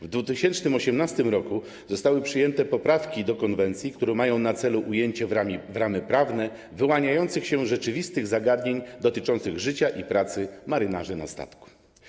W 2018 r. zostały przyjęte poprawki do konwencji, które mają na celu ujęcie w ramy prawne wyłaniających się rzeczywistych zagadnień dotyczących życia i pracy marynarzy na statku.